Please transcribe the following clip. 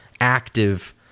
active